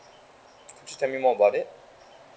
could you tell me more about it